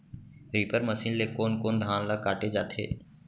Reaper machine ले कोन कोन धान ल काटे जाथे?